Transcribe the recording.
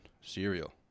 cereal